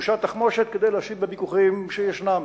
דרושה תחמושת כדי להשיב בוויכוחים שישנם.